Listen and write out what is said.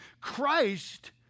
Christ